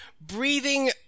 breathing